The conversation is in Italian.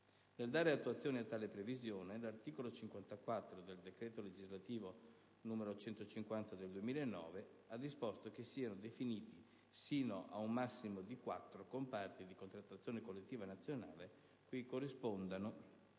Nel dare attuazione a tale previsione, l'articolo 54 del decreto legislativo n. 150 del 2009 ha disposto che siano definiti sino ad un massimo di quattro comparti di contrattazione collettiva nazionale, cui corrispondano